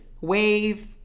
wave